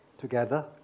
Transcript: together